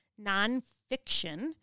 nonfiction